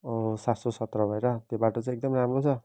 सात सौ सत्र भएर त्यो बाटो चाहिँ एकदम राम्रो छ